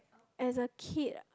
as a kid